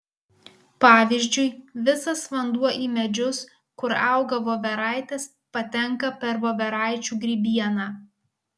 pavyzdžiui visas vanduo į medžius kur auga voveraitės patenka per voveraičių grybieną